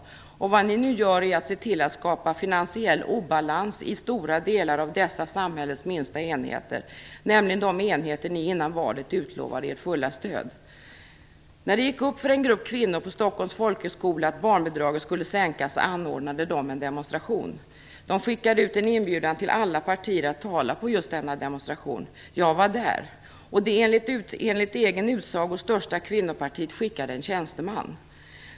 Vad ni nu gör är att se till att skapa finansiell obalans i stora delar av dessa samhällets minsta enheter, nämligen de enheter ni innan valet utlovade ert fulla stöd. När det gick upp för en grupp kvinnor på Stockholms folkhögskola att barnbidraget skulle sänkas anordnade de en demonstration. De skickade ut en inbjudan till alla partier att tala på just denna demonstration. Jag var där. Det enligt egen utsago största kvinnopartiet skickade en tjänsteman.